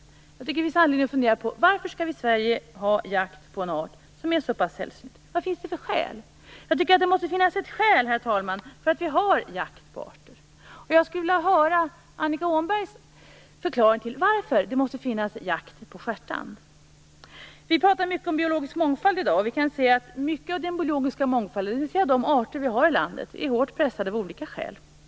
Jag tycker att det finns anledning att fundera på varför vi i Sverige skall ha jakt på en art som är så pass sällsynt. Vad finns det för skäl? Jag tycker att det måste finnas ett skäl, herr talman, för att ha jakt på arter, och jag skulle vilja höra Annika Åhnbergs förklaring till varför det måste finnas jakt på stjärtand. Vi pratar mycket om biologisk mångfald i dag. Mycket av den biologiska mångfalden - de arter vi har i landet - är hårt pressad av olika skäl.